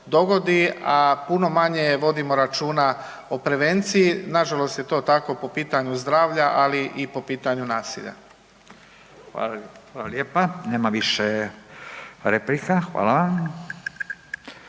a puno manje vodimo računa o prevenciji. Nažalost je to tako po pitanju zdravlja, ali i po pitanju nasilja. **Radin, Furio (Nezavisni)** Hvala